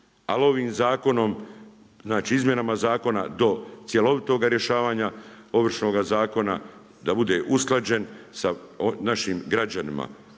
Ali ovim zakonom, znači izmjenama zakona do cjelovitoga rješavanja Ovršnoga zakona da bude usklađen sa našim građanima,